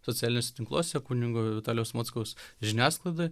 socialiniuose tinkluose kunigo vitalijaus mockaus žiniasklaidoj